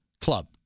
Club